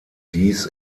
dies